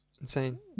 insane